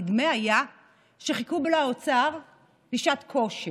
נדמה היה שחיכו באוצר לשעת כושר,